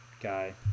guy